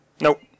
Nope